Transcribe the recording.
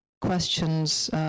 questions